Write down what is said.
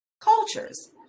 cultures